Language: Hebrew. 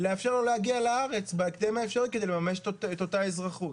לאפשר לו להגיע לארץ בהקדם האפשרי כדי לממש את אותה אזרחות